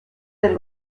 del